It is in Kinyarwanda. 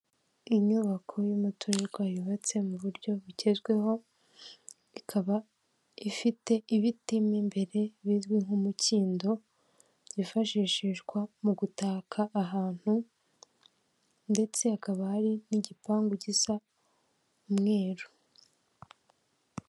Inyubako y'umuturirwa yubatse mu buryo bugezweho, ikaba ifite ibiti mu imbere bizwi nk'umukindo, byifashishwa mu gutaka ahantu ndetse hakaba hari n'igipangu gisa umweru.